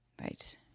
Right